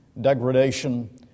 Degradation